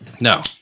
No